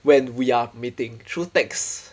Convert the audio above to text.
when we are meeting through text